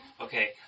okay